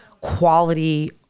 quality